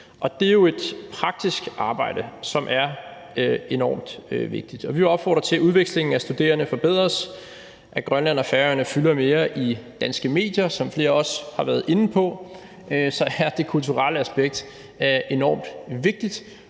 Det er jo et praktisk arbejde, som er enormt vigtigt. Vi opfordrer til, at udvekslingen af studerende forbedres, og at Grønland og Færøerne fylder mere i danske medier. Som flere også har været inde på, er det kulturelle aspekt enormt vigtigt,